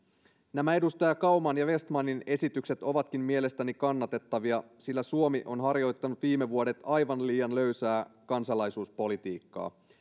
nämä edustaja kauman ja vestmanin esitykset ovatkin mielestäni kannatettavia sillä suomi on harjoittanut viime vuodet aivan liian löysää kansalaisuuspolitiikkaa